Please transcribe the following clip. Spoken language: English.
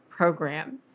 program